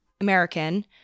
American